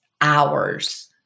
hours